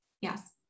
Yes